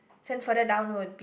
send further down would be